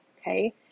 okay